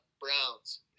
Browns